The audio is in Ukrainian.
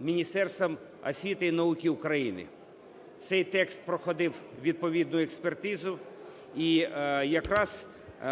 Міністерством освіти і науки України. Цей текст проходив відповідну експертизу, і якраз